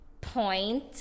point